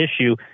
issue